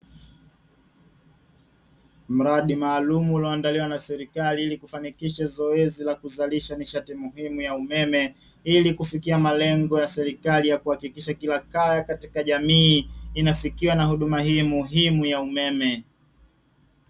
Mradi maalumu uliondaliwa na serikali, ili kufanikisha zoezi la kuzalisha nishati muhimu ya umeme; ili kufikia malengo ya serikali ya kuhakikisha kila kaya katika jamii inafikiwa na huduma hii muhimu ya umeme.